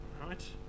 Right